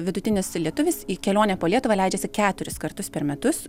vidutinis lietuvis į kelionę po lietuvą leidžiasi keturis kartus per metus